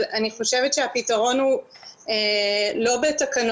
אבל אני חושבת שהפתרון הוא לא בתקנות.